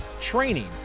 training